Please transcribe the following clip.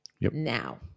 now